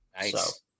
Nice